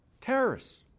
Terrorists